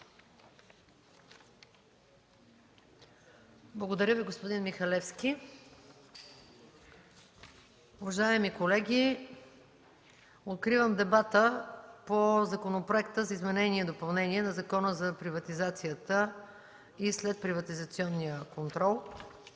Благодаря Ви, господин Михалевски. Уважаеми колеги, откривам дебата по Законопроекта за промени на Закона за приватизация и следприватизационен контрол.